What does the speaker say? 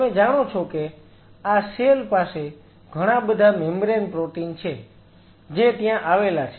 તમે જાણો છો કે આ સેલ પાસે ઘણાબધા મેમ્બ્રેન પ્રોટીન છે જે ત્યાં આવેલા છે